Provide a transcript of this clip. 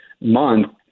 month